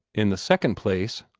in the second place,